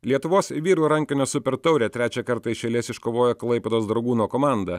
lietuvos vyrų rankinio super taurę trečią kartą iš eilės iškovojo klaipėdos dragūno komanda